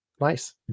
nice